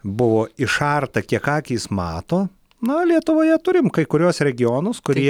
buvo išarta kiek akys mato na lietuvoje turim kai kuriuos regionus kurie